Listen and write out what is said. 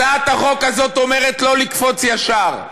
הצעת החוק הזו אומרת לא לקפוץ ישר.